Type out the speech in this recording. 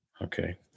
Okay